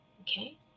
Okay